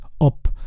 up